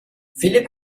philipp